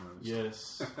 Yes